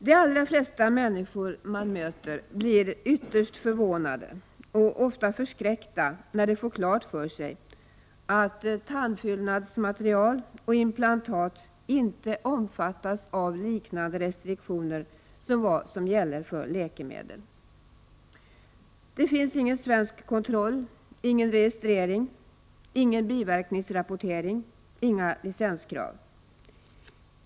De allra flesta människor man möter blir ytterst förvånade och ofta förskräckta när de får klart för sig att tandfyllnadsmaterial och inplantat inte omfattas av liknande restriktioner som gäller för läkemedel. Det finns ingen svensk kontroll, ingen registrering, ingen biverkningsrapportering, inga licenskrav.